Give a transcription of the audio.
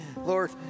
Lord